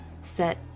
set